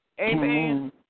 Amen